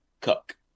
cook